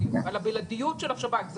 על הבלעדיות של השב"כ.